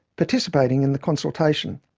participating, in the consultation.